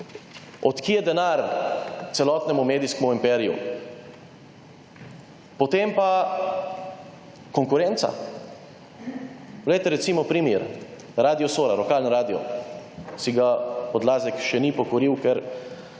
Od kje denar celotnemu medijskemu imperiju? Potem pa – konkurenca. Glejte, recimo, primer, Radio Sora, lokalni radio – si ga Odlazek še ni pokoril, ker